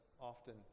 often